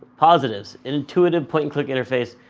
positives intuitive point and click interface,